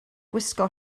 gwisgo